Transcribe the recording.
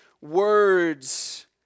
Words